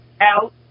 out